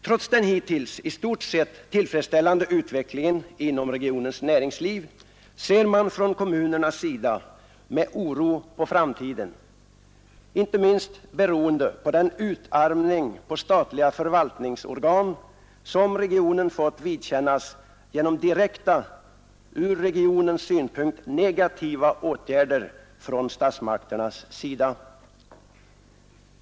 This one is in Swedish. Trots den hittills i stort sett tillfredsställande utvecklingen inom regionens näringsliv ser man från kommunernas sida med oro på framtiden, inte minst beroende på den utarmning på statliga förvaltningsorgan som regionen fått vidkännas genom direkta, ur regionens synpunkt negativa åtgärder från statsmakternas sida.